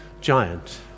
giant